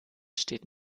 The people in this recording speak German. steht